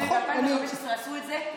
ב-2015 עשו את זה,